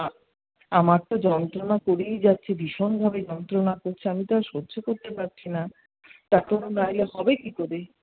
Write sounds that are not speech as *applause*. *unintelligible* আমার তো যন্ত্রণা করেই যাচ্ছে ভীষণভাবে যন্ত্রণা করছে আমি তো আর সহ্য করতে পারছি না ডাক্তারবাবু না এলে হবে কী করে